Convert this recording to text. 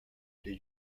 did